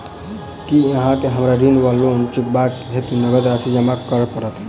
की अहाँ केँ हमरा ऋण वा लोन चुकेबाक हेतु नगद राशि जमा करऽ पड़त?